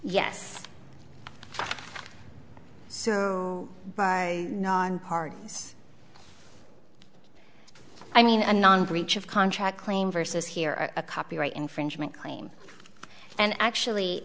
yes so by non parties i mean a non breach of contract claim versus here a copyright infringement claim and actually